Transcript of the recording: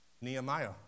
Nehemiah